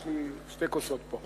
יש לי שתי כוסות פה.